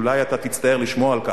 אולי אתה תצטער לשמוע על כך,